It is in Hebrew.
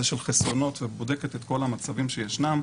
של חסיונות ובודקת את כל המצבים שישנם,